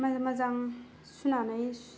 मो मोजां सुनानै